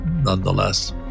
nonetheless